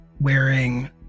wearing